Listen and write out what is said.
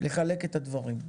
לחלק את הדברים,